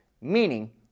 meaning